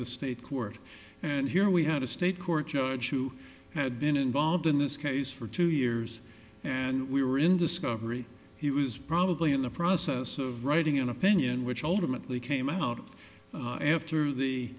the state court and here we had a state court judge who had been involved in this case for two years and we were in discovery he was probably in the process of writing an opinion which ultimately came out after the